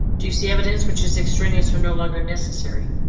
do you see evidence which is extraneous? are no longer necessary?